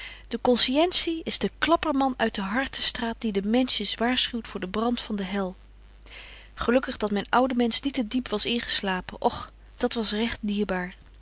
de conscientie is de klapperman uit de hartestraat die de menschjes waarschuwt voor den brand van de hel gelukkig dat myn oude mensch niet te diep was ingeslapen och dat was regt dierbaar